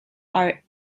are